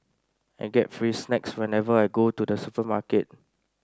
I get free snacks whenever I go to the supermarket